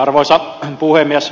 arvoisa puhemies